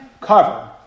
cover